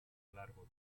largo